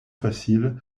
facile